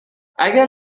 اگر